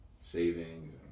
Savings